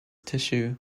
tissue